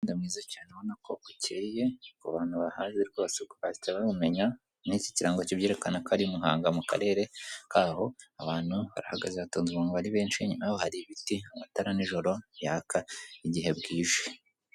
Umuhanda mwiza cyane ubona ko ukeye, ku bantu bahazi rwose bahita bawumenya, n'ikirango kibyerekana ko ari Muhanga mu karere kaho, abantu bahagaze batonze umuronko ari benshi naho, inyuma hari ibiti amatara nijoro yaka igihe bwije.